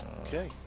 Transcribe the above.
Okay